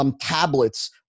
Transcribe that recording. tablets